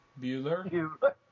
Bueller